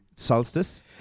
Solstice